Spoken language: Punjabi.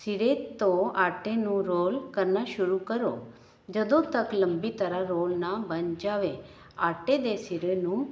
ਸਿਰੇ ਤੋਂ ਆਟੇ ਨੂੰ ਰੋਲ ਕਰਨਾ ਸ਼ੁਰੂ ਕਰੋ ਜਦੋਂ ਤੱਕ ਲੰਬੀ ਤਰ੍ਹਾਂ ਰੋਲ ਨਾ ਬਣ ਜਾਵੇ ਆਟੇ ਦੇ ਸਿਰੇ ਨੂੰ